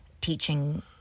teaching